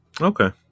Okay